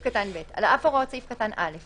"(ב)על אף הוראות סעיף קטן (א),